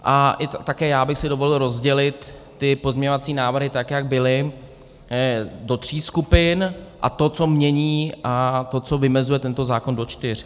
A také já bych si dovolil rozdělit ty pozměňovací návrhy, tak jak byly, do tří skupin, a to, co mění, a to, co vymezuje tento zákon, do čtyř.